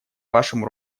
вашему